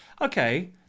okay